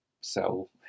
sell